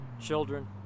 children